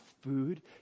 food